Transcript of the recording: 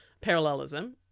parallelism